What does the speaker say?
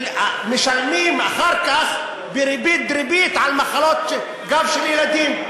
שמשלמים אחר כך בריבית דריבית על מחלות גב של ילדים,